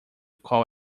qual